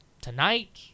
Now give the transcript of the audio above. tonight